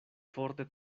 forte